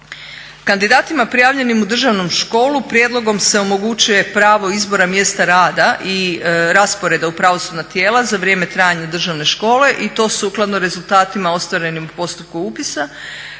Kandidatima prijavljenim u državnu školu prijedlogom se omogućuje pravo izbora mjesta rada i rasporeda u pravosudna tijela za vrijeme trajanja državne škole i to sukladno rezultatima ostvarenim u postupku upisa